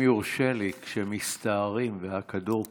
אם יורשה לי, כשמסתערים והכדור פוגע,